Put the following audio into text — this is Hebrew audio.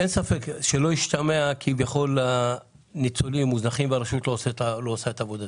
שלא ישתמע שהניצולים מוזנחים והרשות לא עושה את עבודתה.